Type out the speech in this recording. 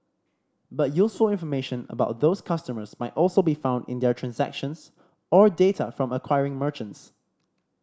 but useful information about those customers might also be found in their transactions or data from acquiring merchants